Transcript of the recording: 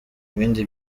ibindi